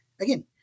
again